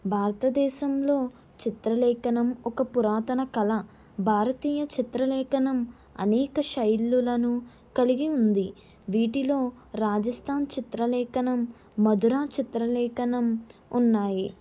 భారతదేశంలో చిత్రలేఖనం ఒక పురాతన కళ భారతీయ చిత్రలేఖనం అనేక శైలులను కలిగి ఉంది వీటిలో రాజస్థాన్ చిత్రలేఖనం మధురా చిత్రలేఖనం ఉన్నాయి